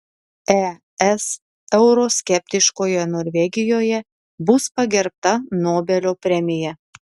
es euroskeptiškoje norvegijoje bus pagerbta nobelio premija